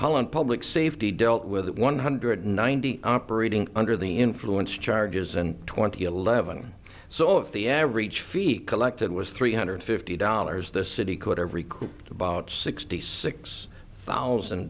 holland public safety dealt with one hundred ninety operating under the influence charges and twenty eleven so if the average feat collected was three hundred fifty dollars this city could every couped about sixty six thousand